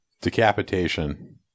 decapitation